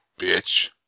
Bitch